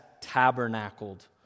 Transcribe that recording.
tabernacled